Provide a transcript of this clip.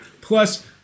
Plus